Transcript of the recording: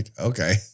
okay